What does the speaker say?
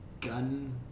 gun